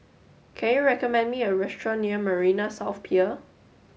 can you recommend me a restaurant near Marina South Pier